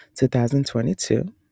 2022